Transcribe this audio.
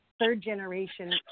third-generation